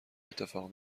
اتفاق